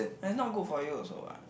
then it's not good for you also what